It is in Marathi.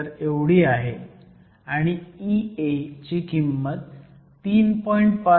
76 आहे आणि Ea ची किंमत 3